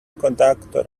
conductor